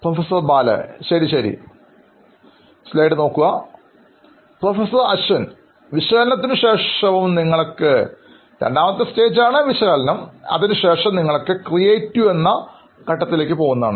professor Bala അതെ professor അശ്വിൻവിശകലനത്തിനു ശേഷവും നിങ്ങൾക്ക് ക്രിയേറ്റീവ്ഘട്ടത്തിലേക്ക് പോകാവുന്നതാണ്